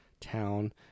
town